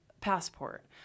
passport